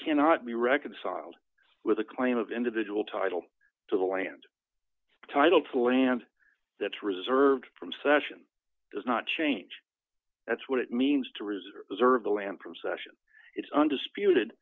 cannot be reconciled with the claim of individual title to the land title to the land that's reserved from session does not change that's what it means to reserve reserve the land procession it's undisputed